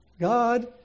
God